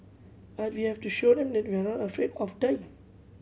but we have to show them that we are not afraid of dying